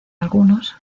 algunos